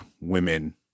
women